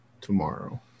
tomorrow